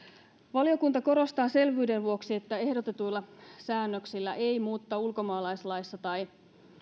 valiokunta korostaa selvyyden vuoksi että ehdotetuilla säännöksillä ei muuteta ulkomaalaislaissa tai